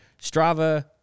Strava